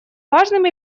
важным